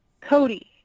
Cody